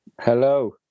Hello